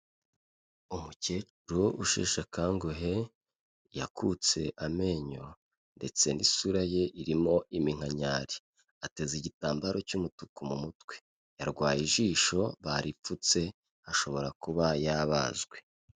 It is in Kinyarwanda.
Umukecuru usheshe akanguhe yakutse amenyo ndetse n'isura ye irimo iminkanyari ateze igitambaro cy'umutuku mu mutwe yarwaye ijisho baripfutse ashobora kuba yabazwe.